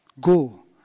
Go